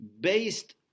Based